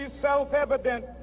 self-evident